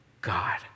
God